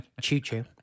Choo-choo